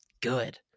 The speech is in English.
good